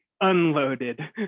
unloaded